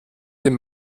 den